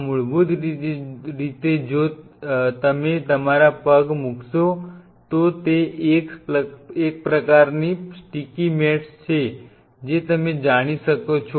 મૂળભૂત રીતે જો તમે તમારા પગ મૂકશો તો તે એક પ્રકારની સ્ટીકી મેટ્સ છે જે તમે જાણો છો